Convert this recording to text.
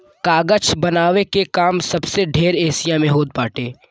कागज बनावे के काम सबसे ढेर एशिया में होत बाटे